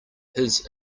his